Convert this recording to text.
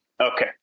Okay